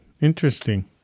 Interesting